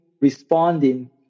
responding